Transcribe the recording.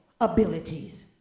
abilities